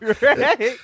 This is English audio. right